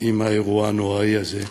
עם זכר הנפגעים באירוע הנוראי הזה,